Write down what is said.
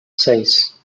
seis